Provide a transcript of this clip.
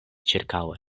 ĉirkaŭe